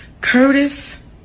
Curtis